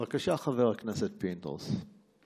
בבקשה, חבר הכנסת פינדרוס.